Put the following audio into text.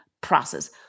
process